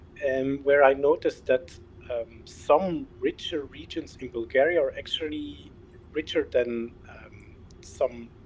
and where i noticed that some richer regions in bulgaria are actually richer than some,